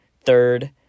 Third